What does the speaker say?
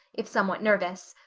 if somewhat nervous.